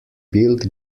built